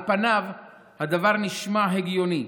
על פניו הדבר נשמע הגיוני,